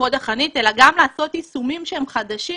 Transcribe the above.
חוד החנית אלא גם לעשות יישומים שהם חדשים